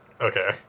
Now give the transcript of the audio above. Okay